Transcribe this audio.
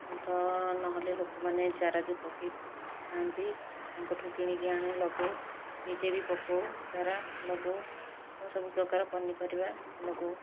ତ ନହେଲେ ଲୋକମାନେ ଚାରା ଯେଉଁ ପକାଇଥାନ୍ତି ତାଙ୍କଠୁ କିଣିକି ଆଣୁ ଲଗାଉ ନିଜେ ବି ପକାଉ ଚାରା ଲଗାଉ ତ ସବୁ ପ୍ରକାର ପନିପରିବା ଲଗାଉ